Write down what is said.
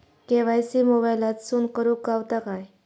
KYC मोबाईलातसून करुक गावता काय?